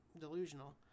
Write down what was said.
delusional